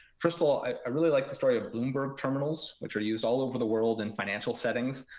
first of all, i really like the story of bloomberg terminals, which are used all over the world in financial settings.